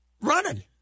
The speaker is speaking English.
running